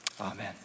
Amen